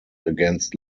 against